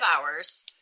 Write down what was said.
hours